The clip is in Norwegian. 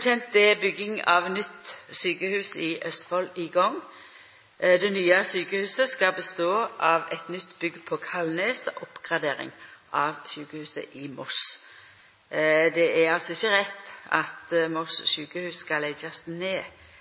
kjent er bygging av nytt sykehus i Østfold i gang. Det nye sykehuset skal bestå av et nytt bygg på Kalnes og oppgradering av sykehuset i Moss. Det er altså ikke riktig at Moss sykehus skal legges ned.